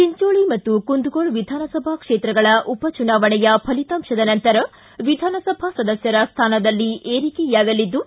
ಚಿಂಚೋಳಿ ಮತ್ತು ಕುಂದಗೋಳ ವಿಧಾನಸಭಾ ಕ್ಷೇತ್ರಗಳ ಉಪಚುನಾವಣೆ ಫಲಿತಾಂಶದ ನಂತರ ವಿಧಾನಸಭಾ ಸದಸ್ಯರ ಸ್ಥಾನದಲ್ಲಿ ಏರಿಕೆಯಾಗಲಿದ್ದು